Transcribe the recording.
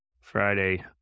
Friday